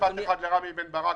משפט אחד לרם בן ברק